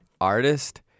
artist